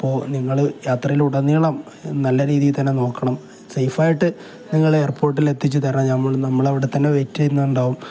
അപ്പോള് നിങ്ങള് യാത്രയിലുടനീളം നല്ല രീതിയില് തന്നെ നോക്കണം സേഫായിട്ട് നിങ്ങള് എയർപോർട്ടിൽ എത്തിച്ചുതരണം നമ്മള് നമ്മളവിടെത്തന്നെ വെയിറ്റ് ചെയ്യുന്നുണ്ടാകും